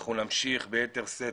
אנחנו נמשיך לפעול ביתר שאת.